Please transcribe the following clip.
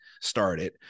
started